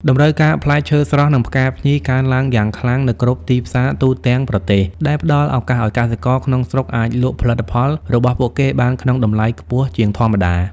តម្រូវការផ្លែឈើស្រស់ និងផ្កាភ្ញីកើនឡើងយ៉ាងខ្លាំងនៅគ្រប់ទីផ្សារទូទាំងប្រទេស ដែលផ្តល់ឱកាសឱ្យកសិករក្នុងស្រុកអាចលក់ផលិតផលរបស់ពួកគេបានក្នុងតម្លៃខ្ពស់ជាងធម្មតា។